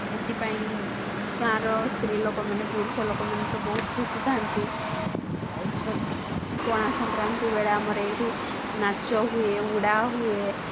ସେଥିପାଇଁ ଗାଁର ସ୍ତ୍ରୀ ଲୋକମାନେ ପୁରୁଷ ଲୋକମାନେ ତ ବହୁତ ଖୁସିଥାନ୍ତି ପଣାସଂକ୍ରାନ୍ତି ବେଳେ ଆମର ଏଇଠି ନାଚ ହୁଏ ଉଡ଼ାହୁଏ